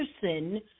person